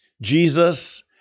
Jesus